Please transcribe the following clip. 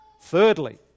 Thirdly